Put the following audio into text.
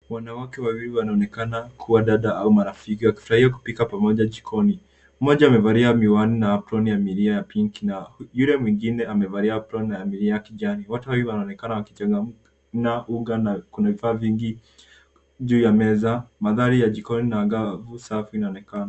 Wanawake wawili wanaonekana kuwa dada au marafiki, wakifurahia kupika pamoja jikoni. Mmoja amevalia miwani na aproni yamilia ya pinki, yule mwingine amevalia aproni yamilia ya kijani. Wote wawili wanaonekana wakichanganya unga na kuna vifaa vingi juu ya meza. Mandhari ya jikoni na anga usafi inaonekana.